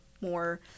more